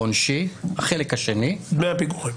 "עונשי" החלק השני -- דמי הפיגורים.